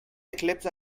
eclipse